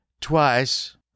Twice